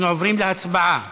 אנחנו עוברים להצבעה